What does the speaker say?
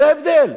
זה ההבדל.